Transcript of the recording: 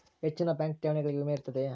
ಹೆಚ್ಚಿನ ಬ್ಯಾಂಕ್ ಠೇವಣಿಗಳಿಗೆ ವಿಮೆ ಇರುತ್ತದೆಯೆ?